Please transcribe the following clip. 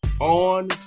on